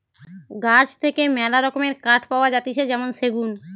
গাছ থেকে মেলা রকমের কাঠ পাওয়া যাতিছে যেমন সেগুন